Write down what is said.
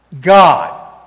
God